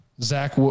Zach